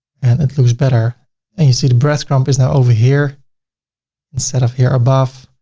and it looks better and you see the bread crumb is now over here instead of here above,